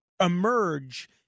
emerge